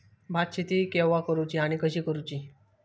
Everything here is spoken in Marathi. भात शेती केवा करूची आणि कशी करुची?